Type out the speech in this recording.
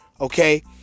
okay